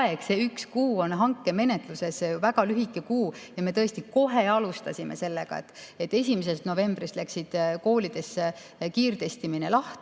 see üks kuu, on hankemenetluses väga lühike aeg ja me tõesti kohe alustasime sellega. 1. novembrist läks koolides kiirtestimine lahti.